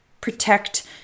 Protect